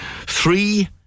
Three